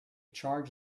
charge